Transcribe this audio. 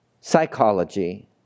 Psychology